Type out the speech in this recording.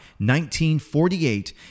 1948